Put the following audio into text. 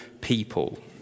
people